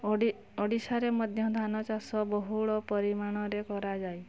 ଓଡ଼ିଶାରେ ମଧ୍ୟ ଧାନଚାଷ ବହୁଳ ପରିମାଣରେ କରାଯାଏ